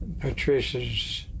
Patricia's